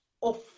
off